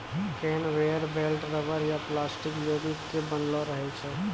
conveyor belt rubber या plastic योगिक के बनलो रहै छै